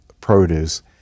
produce